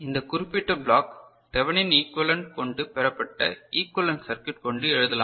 இந்த குறிப்பிட்ட block Thevenin equivalent கொண்டு பெறப்பட்ட ஈகிவலென்ட் சர்க்யூட் கொண்டு எழுதலாம்